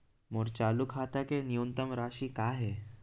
मोर चालू खाता के न्यूनतम राशि का हे?